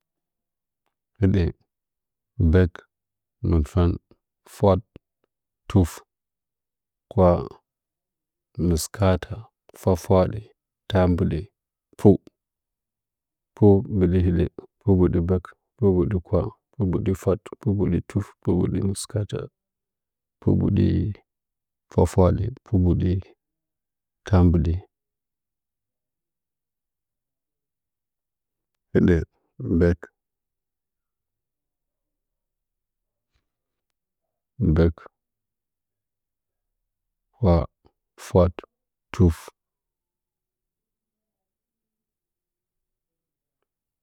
Hɨdə gbə nɨɨɗ fəng fwaɗ tuf kwah mɨskaata fwa-fwaɗə taa mbiɗə pu. Pumbidi hidə pumbidi gbək pu mbɨɗi kwah pumbɨdi fwaɗ pumbidi tuf pumbiɗi mɨskaata pumbɨdi fwa-fwaɗə pumbidi taambiɗə, hidə gbək gbək hwa fwaɗ tuf.